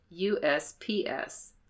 USPS